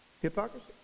Hypocrisy